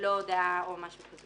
ללא הודעה או משהו כזה.